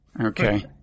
Okay